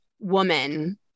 woman